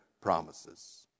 promises